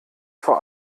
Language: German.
vor